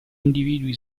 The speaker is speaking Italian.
individui